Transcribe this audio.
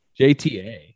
JTA